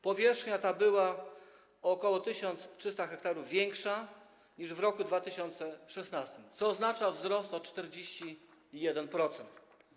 Powierzchnia ta była o ok. 1300 ha większa niż w roku 2016, co oznacza wzrost o 41%.